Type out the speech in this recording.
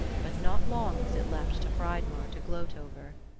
but not long was it left to hreidmar to gloat over.